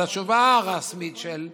אז התשובה הרשמית של המדינה,